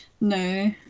No